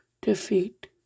defeat